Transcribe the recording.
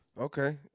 Okay